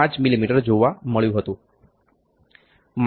5 મીમી જોવા મળ્યું હતુ